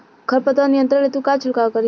खर पतवार नियंत्रण हेतु का छिड़काव करी?